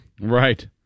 Right